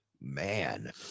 man